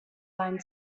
line